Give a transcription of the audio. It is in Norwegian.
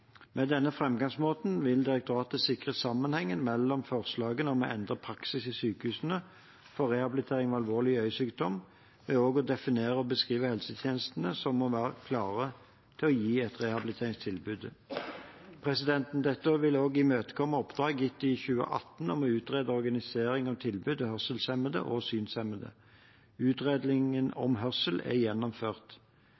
Med denne framgangsmåten vil direktoratet sikre sammenhengen mellom forslagene om å endre praksis i sykehusene for rehabilitering ved alvorlig øyesykdom ved også å definere og beskrive helsetjenestene som må være klare til å gi rehabiliteringstilbudet. Dette vil også imøtekomme oppdrag gitt i 2018 om å utrede organiseringen av tilbudet til hørselshemmede og synshemmede. Utredningen